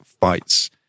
fights